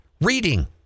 Reading